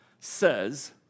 says